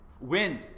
Wind